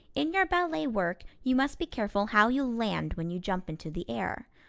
in your ballet work you must be careful how you land when you jump into the air.